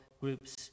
groups